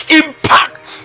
impact